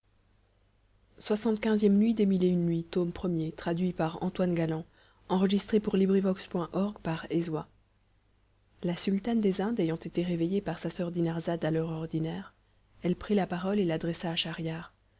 la sultane des indes ayant été réveillée par sa soeur dinarzade à l'heure ordinaire elle prit la parole et l'adressa à schahriar